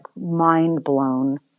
mind-blown